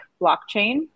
blockchain